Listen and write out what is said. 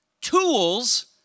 tools